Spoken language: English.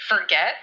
forget